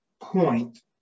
point